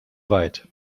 weit